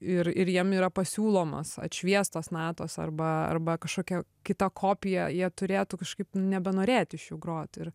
ir ir jiem yra pasiūlomos atšviestos natos arba arba kažkokia kita kopija jie turėtų kažkaip nebenorėt iš jų grot ir